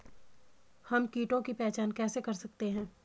हम कीटों की पहचान कैसे कर सकते हैं?